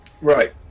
Right